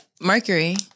Mercury